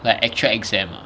like actual exam ah